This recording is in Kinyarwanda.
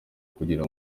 kugira